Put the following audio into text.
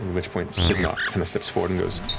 which point sydnok kind of steps forward and goes,